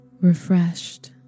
refreshed